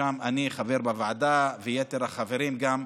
אנחנו שם, אני חבר בוועדה, ויתר החברים גם,